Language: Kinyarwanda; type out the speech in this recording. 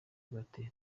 bati